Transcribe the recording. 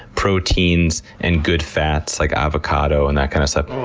proteins, and good fats like avocado and that kind of stuff.